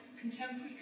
contemporary